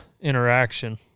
interaction